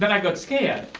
and i got scared.